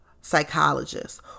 psychologist